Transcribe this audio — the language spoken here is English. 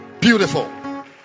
Beautiful